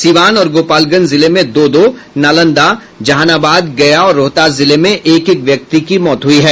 सीवान और गोपालगंज जिले में दो दो नालंदा जहानाबाद गया और रोहतास जिले में एक एक व्यक्ति की मौत हुई है